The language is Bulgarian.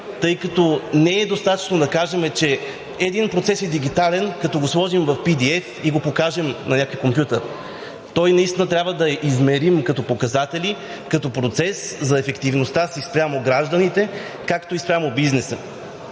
тъй като не е достатъчно да кажем, че един процес е дигитален, като го сложим в PDF и го покажем на някакъв компютър. Той наистина трябва да е измерим като показатели, като процес за ефективността си спрямо гражданите, както и спрямо бизнеса.